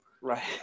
Right